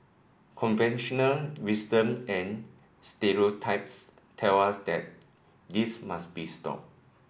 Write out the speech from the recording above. conventional wisdom and stereotypes tell us that this must be stop